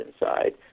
inside